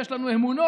יש לנו אמונות,